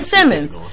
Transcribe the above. Simmons